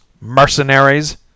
mercenaries